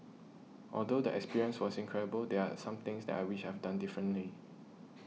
although the experience was incredible there are some things that I wish I have done differently